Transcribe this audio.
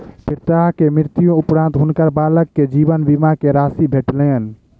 पिता के मृत्यु उपरान्त हुनकर बालक के जीवन बीमा के राशि भेटलैन